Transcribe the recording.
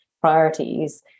priorities